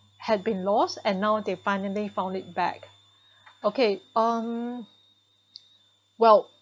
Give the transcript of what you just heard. had been lost and now they finally found it back okay um well